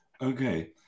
Okay